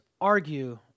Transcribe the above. argue